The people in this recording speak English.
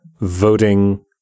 voting